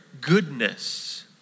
goodness